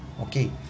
okay